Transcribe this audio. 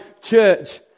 church